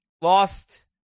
lost